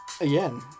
again